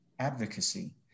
Advocacy